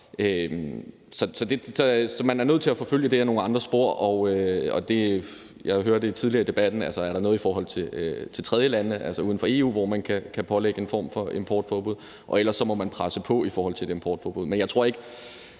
Så man er nødt til at forfølge det ad nogle andre spor, og jeg hørte tidligere i debatten, at der kunne være noget i forhold til tredjelandene, altså landene uden for EU, hvor man kan pålægge en form for importforbud, og ellers må man presse på i forhold til et importforbud. Men at Danmark